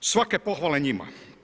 Svake pohvale njima.